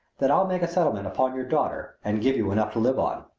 that i'll make a settlement upon your daughter and give you enough to live on.